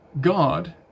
God